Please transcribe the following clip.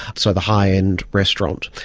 so the high-end restaurant.